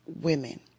women